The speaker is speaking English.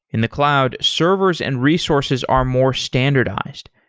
in the cloud, servers and resources are more standardized.